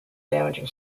damaging